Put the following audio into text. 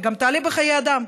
גם תעלה בחיי אדם.